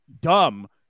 dumb